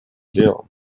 делом